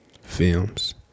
films